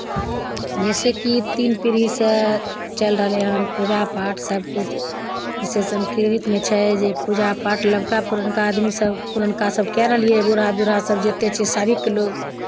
जैसे कि तीन पीढ़ीसँ चलि रहलै हन पूजा पाठ सभकिछु जैसे संस्कृतमे छै जे पूजा पाठ नवका पुरनका आदमीसभ पुरनका सभ कए रहलियै हन बूढ़ा बूढ़ा जतेक छै साबिक लोक